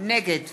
נגד